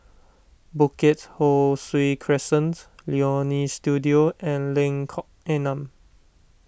Bukit Ho Swee Crescent Leonie Studio and Lengkok Enam